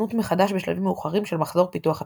ותכנות מחדש בשלבים מאוחרים של מחזור פיתוח התוכנה.